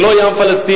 ולא יהיה עם פלסטיני,